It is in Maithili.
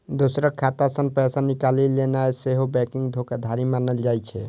दोसरक खाता सं पैसा निकालि लेनाय सेहो बैंकिंग धोखाधड़ी मानल जाइ छै